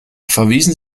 verweisen